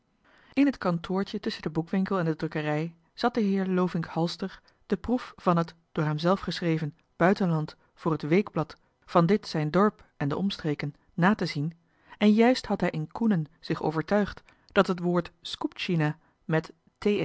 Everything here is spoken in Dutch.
in het kantoortje tusschen den boekwinkel en de drukkerij zat de heer lovink halster de proef van het door hemzelf geschreven buitenland voor het weekblad van dit zijn dorp en de omstreken na te zien en juist had hij in koenen zich overtuigd dat het woord skoeptsjina met